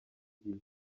gihe